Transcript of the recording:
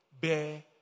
bear